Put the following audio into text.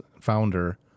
founder